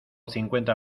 cincuenta